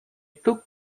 took